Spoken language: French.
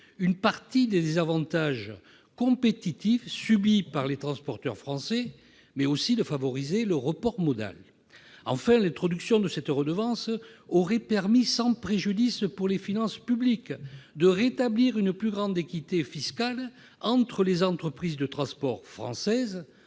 une partie des désavantages compétitifs subis par les transporteurs français, mais aussi de favoriser le report modal. Enfin, l'introduction de cette redevance aurait permis, sans préjudice pour les finances publiques, de rétablir une plus grande équité fiscale entre les entreprises de transport françaises